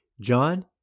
John